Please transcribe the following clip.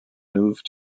moved